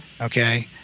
Okay